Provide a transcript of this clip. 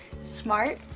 smart